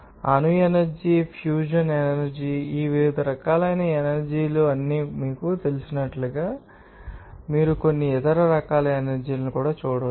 అణుఎనర్జీ fusion energy ఆ వివిధ రకాలైన ఎనర్జీ అన్నీ మీకు తెలిసినట్లుగా మీరు కలిగి ఉన్న కొన్ని ఇతర రకాల ఎనర్జీ ని మీరు చూడవచ్చు